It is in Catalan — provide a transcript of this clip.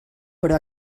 però